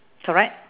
correct